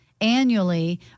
Annually